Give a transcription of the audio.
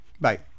Bye